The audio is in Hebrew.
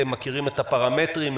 אתם מכירים את הפרמטרים?